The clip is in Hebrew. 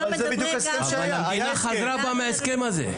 אבל המדינה חזרה בה מההסכם הזה.